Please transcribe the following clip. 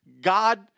God